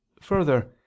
further